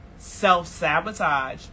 self-sabotage